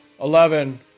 Eleven